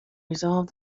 resolved